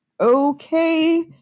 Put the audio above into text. okay